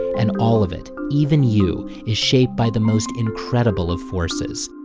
and all of it even you is shaped by the most incredible of forces.